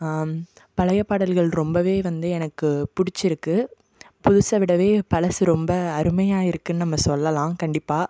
பழையப் பாடல்கள் ரொம்பவே வந்து எனக்கு பிடிச்சிருக்கு புதுசை விடவே பழசு ரொம்ப அருமையாக இருக்குன்னு நம்ம சொல்லலாம் கண்டிப்பாக